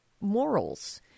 morals